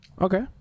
Okay